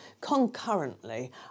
concurrently